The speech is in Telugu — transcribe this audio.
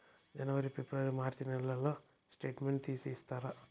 జనవరి, ఫిబ్రవరి, మార్చ్ నెలల స్టేట్మెంట్ తీసి ఇస్తారా?